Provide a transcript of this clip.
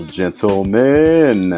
gentlemen